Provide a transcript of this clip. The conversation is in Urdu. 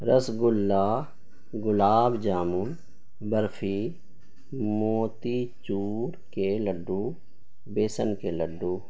رس گلہ گلاب جامن برفی موتی چور کے لڈو بیسن کے لڈو